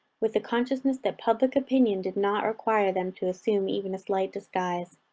with the consciousness that public opinion did not require them to assume even a slight disguise.